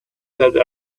that